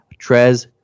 Trez